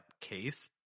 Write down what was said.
case